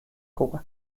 koe